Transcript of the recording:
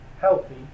healthy